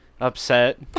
upset